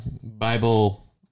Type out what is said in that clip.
Bible